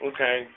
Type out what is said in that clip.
Okay